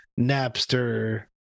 Napster